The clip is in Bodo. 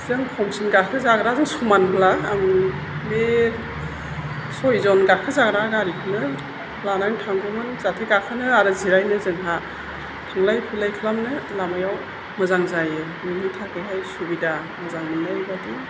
जों खमसिन गाखोजाग्राजोें समानब्ला आं बे सयजन गाखोजाग्रा गारिखौनो लानानै थांगौमोन जाहाथे गाखोनो आरो जिरायनो जोंहा थांलाय फैलाय खालामनो लामायाव मोजां जायो बिनि थाखायहाय सुबिदा मोजां मोनाय बायदि